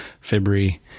February